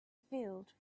field